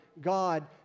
God